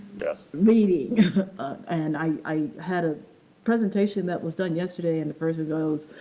reading. and, i had a presentation that was done yesterday and the person goes,